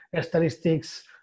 statistics